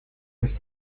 his